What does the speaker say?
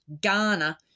Ghana